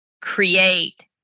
create